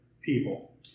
people